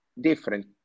different